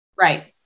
Right